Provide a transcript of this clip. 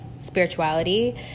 Spirituality